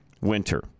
winter